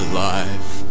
life